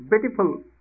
beautiful